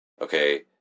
okay